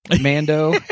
Mando